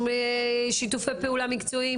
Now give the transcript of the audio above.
שיתופי פעולה מקצועיים?